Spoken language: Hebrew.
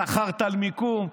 סחרת על מיקום,